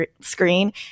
screen